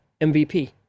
MVP